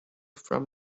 from